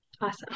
Awesome